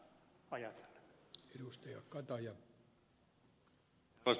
arvoisa puhemies